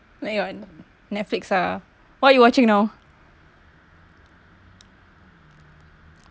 like what Netflix ah what you're watching now